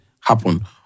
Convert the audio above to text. happen